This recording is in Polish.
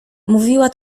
mówiła